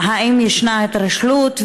3. האם ישנה התרשלות?